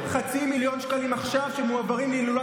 איך חצי מיליון שקלים עכשיו שמועברים להילולה